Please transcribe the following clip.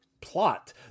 plot